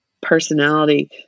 personality